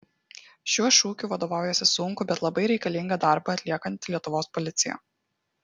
šiuo šūkiu vadovaujasi sunkų bet labai reikalingą darbą atliekanti lietuvos policija